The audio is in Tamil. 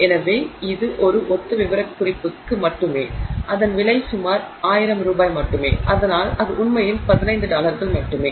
எனவே இது ஒரு ஒத்த விவரக்குறிப்புக்கு மட்டுமே அதன் விலை சுமார் 1000 ரூபாய் மட்டுமே அதனால் அது உண்மையில் 15 டாலர்கள் மட்டுமே